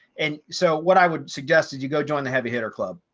and so what i would suggest that you go join the heavy hitter club.